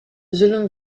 zullen